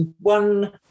one